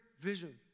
vision